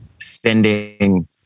spending